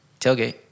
tailgate